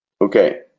Okay